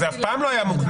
זה אף פעם לא היה מוקנה,